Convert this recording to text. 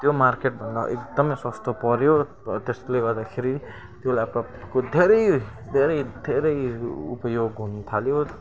त्यो मार्केटभन्दा एकदमै सस्तो पऱ्यो र त्यसले गर्दाखेरि त्यो ल्यापटपको धेरै धेरै धेरै उपयोग हुन थाल्यो